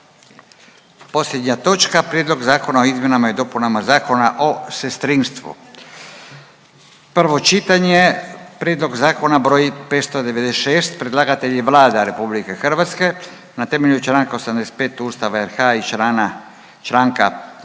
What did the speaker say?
Posljednja točka - Prijedlog zakona o izmjenama i dopunama Zakona o sestrinstvu, prvo čitanje, P.Z. br. 596. Predlagatelj je Vlada Republike Hrvatske na temelju članka 85. Ustava RH i članka 172.